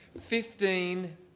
Fifteen